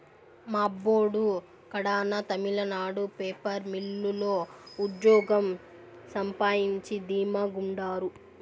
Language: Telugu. మా అబ్బోడు కడాన తమిళనాడు పేపర్ మిల్లు లో ఉజ్జోగం సంపాయించి ధీమా గుండారు